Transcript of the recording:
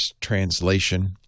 translation